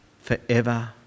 forever